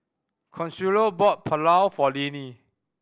Consuelo bought Pulao for Linnie